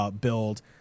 build